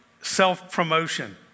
self-promotion